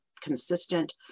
consistent